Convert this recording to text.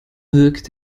wirkt